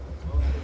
Hvala